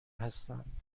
هستند